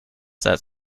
that